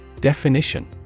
Definition